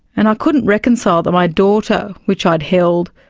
and i couldn't reconcile that my daughter which i'd held,